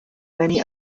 many